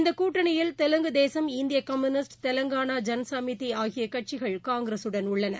இந்தக் கூட்டணியில் தெலுங்கு தேசம் இந்திய கம்யூனிஸ்ட் தெலுங்கானா ஜன சமிதி ஆகிய கட்சிகள் காங்கிரஸுடன் உள்ளன